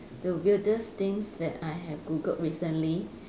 the weirdest things that I have googled recently